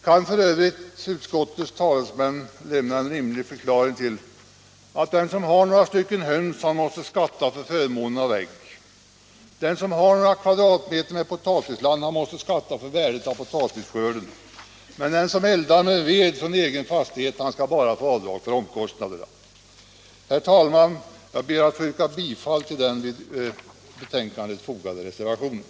Kan f. ö. utskottets talesman lämna en rimlig förklaring till att den som har några höns måste skatta för förmånen av att ha ägg och att den som har några kvadratmeter potatisland måste skatta för värdet av potatisskörden men att den som eldar med ved från egen fastighet bara skall få göra avdrag för omkostnaderna? Herr talman! Jag ber att få yrka bifall till den vid betänkandet fogade reservationen.